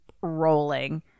rolling